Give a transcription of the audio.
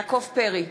יעקב פרי,